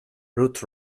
ruth